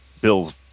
Bill's